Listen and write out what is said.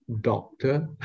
doctor